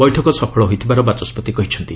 ବୈଠକ ସଫଳ ହୋଇଥିବାର ବାଚସ୍କତି କହିଛନ୍ତି